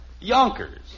Yonkers